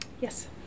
Yes